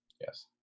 Yes